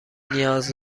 نیاز